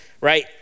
right